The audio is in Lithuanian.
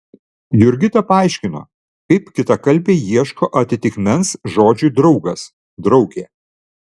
jurgita paaiškino kaip kitakalbiai ieško atitikmens žodžiui draugas draugė